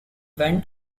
went